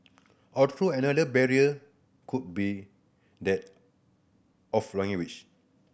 although another barrier could be that of language